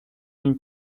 une